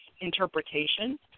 interpretation